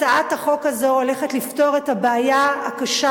הצעת החוק הזאת הולכת לפתור את הבעיה הקשה